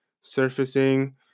surfacing